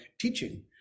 teaching